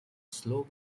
slow